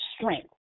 strength